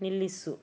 ನಿಲ್ಲಿಸು